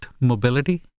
mobility